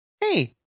Hey